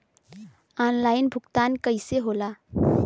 Online भुगतान कईसे होला?